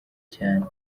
cyane